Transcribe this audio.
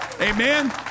Amen